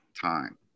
time